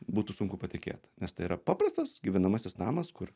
būtų sunku patikėt nes tai yra paprastas gyvenamasis namas kur